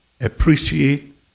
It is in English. appreciate